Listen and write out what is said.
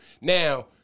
Now